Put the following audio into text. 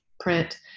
print